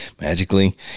magically